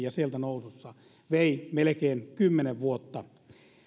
ja siitä nousu vei melkein kymmenen vuotta